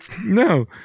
No